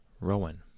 Rowan